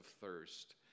thirst